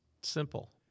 simple